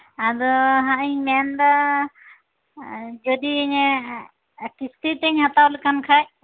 ᱟᱫᱚ ᱦᱟᱸᱜ ᱤᱧ ᱢᱮᱱᱫᱟ ᱡᱩᱫᱤ ᱦᱮᱸ ᱠᱤᱥᱛᱤ ᱛᱤᱧ ᱦᱟᱛᱟᱣ ᱞᱮᱛᱟᱢ ᱠᱷᱟᱡ